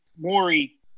Maury